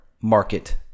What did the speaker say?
market